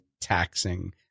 taxing